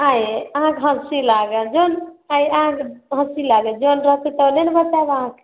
अँए यइ अहाँके हँसी लागल जाउ अहाँके हँसी लागल जेहन रहतै तेहने ने बताएब अहाँके